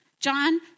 John